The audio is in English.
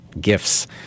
gifts